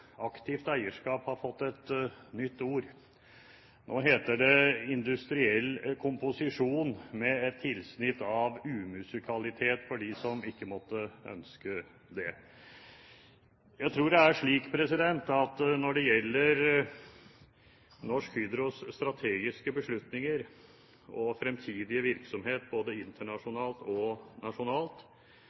aktivt eierskap har fått et nytt ord. Nå heter det «industriell komposisjon» med et tilsnitt av umusikalitet – for dem som ikke måtte ønske det. Jeg tror det er slik at når det gjelder Norsk Hydros strategiske beslutninger og fremtidige virksomhet både internasjonalt og nasjonalt,